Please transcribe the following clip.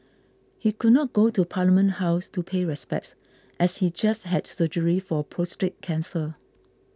he could not go to Parliament House to pay respects as he just had surgery for cancer